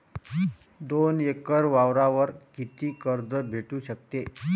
दोन एकर वावरावर कितीक कर्ज भेटू शकते?